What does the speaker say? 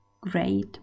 great